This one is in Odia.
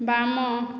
ବାମ